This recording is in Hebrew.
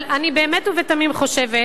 אבל אני באמת ובתמים חושבת